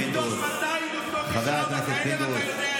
מתוך 200 מוסדות יש ארבעה כאלה ואתה יודע את זה.